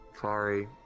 Sorry